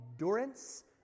endurance